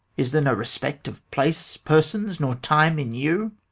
is there no respect of place, persons, nor time, in you?